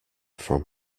from